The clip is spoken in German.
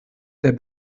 der